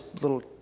little